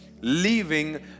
Leaving